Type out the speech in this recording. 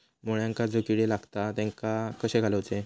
मुळ्यांका जो किडे लागतात तेनका कशे घालवचे?